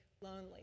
lonely